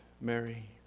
Mary